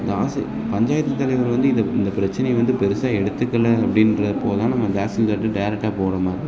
தாச பஞ்சாயத்து தலைவர் வந்து இதை இந்த பிரச்சனைய வந்து பெரிசா எடுத்துக்கலை அப்படின்றப்போ தான் நம்ம தாசில்தார்கிட்ட டேரக்ட்டாக போகிற மாதிரி